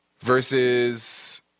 versus